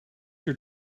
your